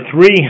three